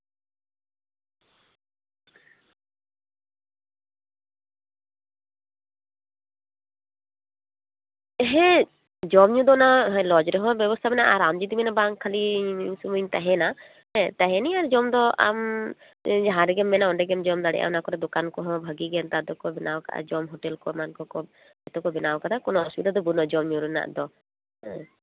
ᱦᱮᱸ ᱡᱚᱢ ᱧᱩ ᱫᱚ ᱚᱱᱟ ᱞᱚᱡᱽ ᱨᱮᱦᱚᱸ ᱵᱮᱵᱚᱥᱛᱟ ᱢᱮᱱᱟᱜᱼᱟ ᱟᱨ ᱟᱢ ᱡᱩᱫᱤᱢ ᱢᱮᱱᱟ ᱵᱟᱝ ᱠᱷᱟᱹᱞᱤ ᱤᱧ ᱫᱚ ᱥᱩᱢᱩᱝᱤᱧ ᱛᱟᱦᱮᱱᱟ ᱦᱮᱸ ᱛᱟᱦᱮᱱᱟᱹᱧ ᱟᱨ ᱡᱚᱢ ᱫᱚ ᱟᱢ ᱡᱟᱦᱟᱸ ᱨᱮᱜᱮᱢ ᱢᱮᱱᱟ ᱚᱸᱰᱮ ᱜᱮᱢ ᱡᱚᱢ ᱫᱟᱲᱮᱭᱟᱜᱼᱟ ᱚᱱᱟ ᱠᱚᱨᱮ ᱫᱚᱠᱟᱱ ᱠᱚᱦᱚᱸ ᱵᱷᱟᱜᱮ ᱜᱮ ᱱᱮᱛᱟᱨ ᱫᱚᱠᱚ ᱵᱮᱱᱟᱣ ᱠᱟᱜᱼᱟ ᱡᱚᱢ ᱦᱳᱴᱮᱞ ᱠᱚ ᱮᱢᱟᱱ ᱠᱚᱠᱚ ᱡᱚᱛᱚ ᱠᱚ ᱵᱮᱱᱟᱣ ᱠᱟᱫᱟ ᱠᱳᱱᱳ ᱚᱥᱩᱵᱤᱛᱟ ᱫᱚ ᱵᱟᱹᱱᱩᱜᱼᱟ ᱡᱚᱢᱼᱧᱩ ᱨᱮᱱᱟᱜ ᱫᱚ ᱦᱮᱸ